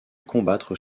combattre